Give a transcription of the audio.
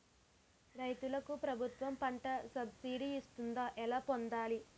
రైతులకు ప్రభుత్వం పంట సబ్సిడీ ఇస్తుందా? ఎలా పొందాలి?